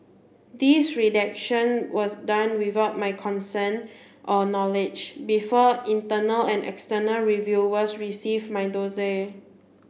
this redaction was done without my consent or knowledge before internal and external reviewers receive my dossier